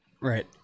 Right